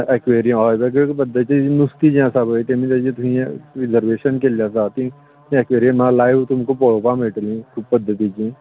aquarium होय वेगळे वेगळे पद्दतीन नुस्तीं जीं आसा पळय तेचें तेजे थंय यें रिजर्वेशन केल्लें आसा तें एक्वेरीयमा लायव तुमका पळोवपा मेळटलें ते पद्दतीचीं